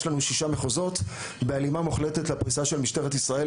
יש לנו שישה מחוזות בהלימה מוחלטת לפריסה של משטרת ישראל,